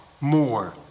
more